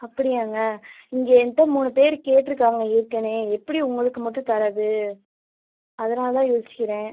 அப்படியாங்க இங்கே என்கிட்ட மூணு பேர் கேட்ருக்காங்க ஏற்கனே எப்படி உங்களுக்கு மட்டும் தரது அதனால் தான் யோசிக்கிறேன்